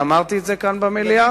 ואמרתי את זה כאן במליאה,